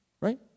right